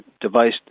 device